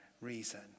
reason